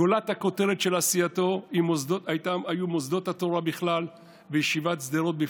גולת הכותרת של עשייתו היו מוסדות התורה בכלל וישיבת שדרות,